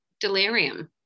delirium